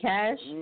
Cash